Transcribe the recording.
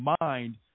mind